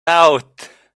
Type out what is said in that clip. out